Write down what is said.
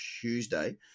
Tuesday